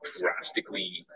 drastically